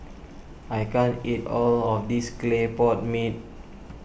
I can't eat all of this Clay Pot Mee